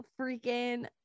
freaking